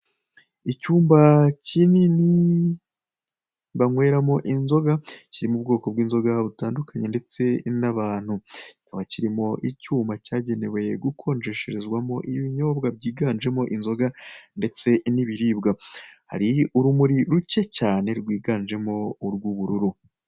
Icyumba kinini banyweramo inzoga kirimo ubwoko bw'inzoga butandukanye ndetse n'abantu, kikaba kirimo icyuma cyagenewe gukonjesherezwamo ibinyobwa byiganjemo inzoga ndetse n'ibiribwa hari urumuri ruke cyane rwiganjemo urw'ubururu.